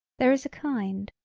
there is a kind.